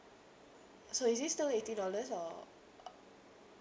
so is this still eighty dollars or